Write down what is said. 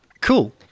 Cool